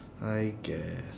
I guess